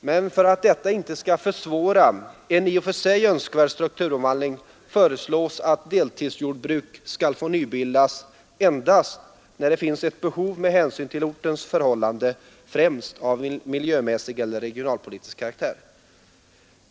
Men för att detta inte skall försvåra en i och för sig önskvärd strukturomvandling föreslås att deltidsjordbruk skall få nybildas endast när det finns ett behov med hänsyn till ortens förhållanden, främst av miljömässig eller regionalpolitisk karaktär.